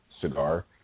cigar